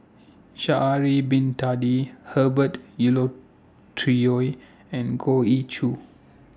Sha'Ari Bin Tadin Herbert and Goh Ee Choo